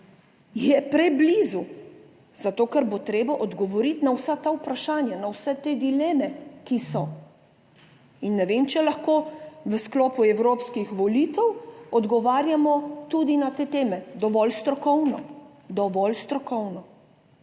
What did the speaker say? je preblizu, zato ker bo treba odgovoriti na vsa ta vprašanja, na vse te dileme, ki so in ne vem, če lahko v sklopu evropskih volitev odgovarjamo tudi na te teme dovolj strokovno, dovolj strokovno.